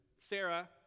Sarah